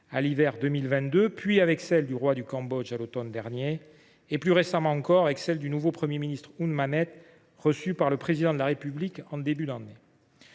à l’hiver 2022, puis avec celle du roi du Cambodge à l’automne dernier et, plus récemment encore, avec celle du nouveau Premier ministre, Hun Manet, reçu par le Président de la République en début d’année.